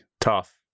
tough